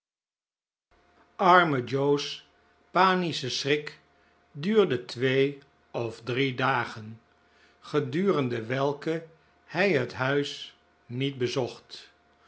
rme joe's panische schrik duurde twee of drie dagen gedurende welke hij het huis niet bezocht